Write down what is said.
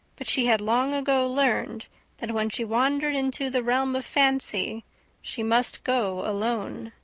but she had long ago learned that when she wandered into the realm of fancy she must go alone.